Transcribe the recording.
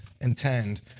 intend